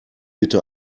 bitte